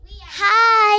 Hi